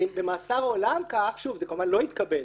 אם במאסר עולם כך זה כמובן לא התקבל,